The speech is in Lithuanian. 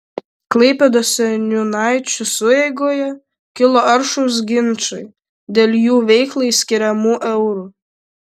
klaipėdos seniūnaičių sueigoje kilo aršūs ginčai dėl jų veiklai skiriamų eurų